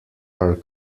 are